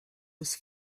was